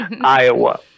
Iowa